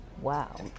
Wow